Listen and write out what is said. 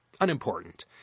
unimportant